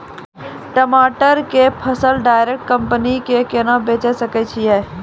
टमाटर के फसल डायरेक्ट कंपनी के केना बेचे सकय छियै?